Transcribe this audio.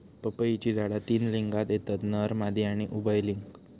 पपईची झाडा तीन लिंगात येतत नर, मादी आणि उभयलिंगी